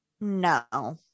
no